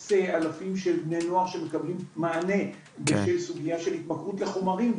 בני נוער שמקבלים מענה בשל סוגייה של התמכרות לחומרים,